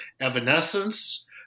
evanescence